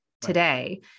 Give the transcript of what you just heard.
today